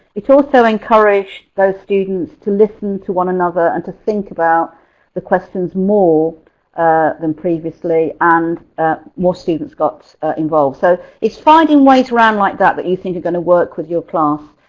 it's also encouraged those students to listen to one another and to think about the questions more than previously and more students got involved. so it's finding ways around like that that you think you're gonna work with your class,